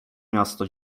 miasto